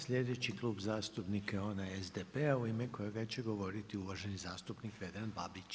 Sljedeći Klub zastupnika je onaj SDP-a u ime kojega će govoriti uvaženi zastupnik Vedran Babić.